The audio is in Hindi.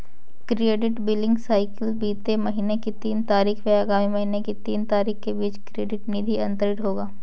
क्रेडिट बिलिंग साइकिल बीते महीने की तीन तारीख व आगामी महीने की तीन तारीख के बीच क्रेडिट निधि अंतरण होगा